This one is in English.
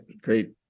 great